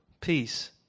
peace